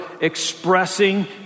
expressing